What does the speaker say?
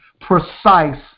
precise